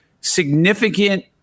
significant